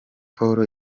paul